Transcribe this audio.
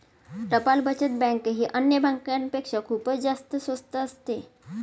टपाल बचत बँक ही अन्य बँकांपेक्षा खूपच जास्त स्वस्त असते